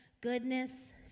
goodness